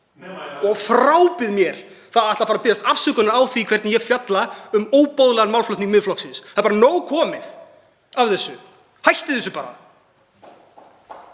Ég frábið mér það að ætla fara að biðjast afsökunar á því hvernig ég fjalla um óboðlegan málflutning Miðflokksins. Það er nóg komið af þessu. Hættið þessu bara.